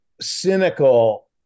cynical